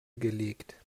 gelegt